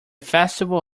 festival